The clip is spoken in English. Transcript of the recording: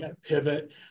pivot